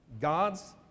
God's